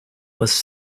was